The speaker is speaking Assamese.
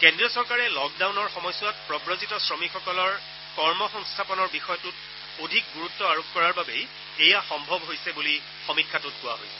কেন্দ্ৰীয় চৰকাৰে লকডাউনৰ সময়ছোৱাত প্ৰৱজিত শ্ৰমিকসকলৰ কৰ্ম সংস্থাপনৰ বিষয়টোত অধিক গুৰুত আৰোপ কৰাৰ বাবেই এয়া সম্ভৱ হৈছে বুলি সমীক্ষাটোত কোৱা হৈছে